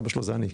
אבא שלו זה אני.